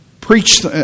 preach